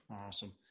Awesome